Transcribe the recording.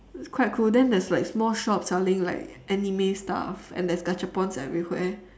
it's quite cool then there is like small shops selling like anime stuff and there is gashapons everywhere